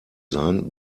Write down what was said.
sein